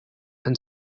and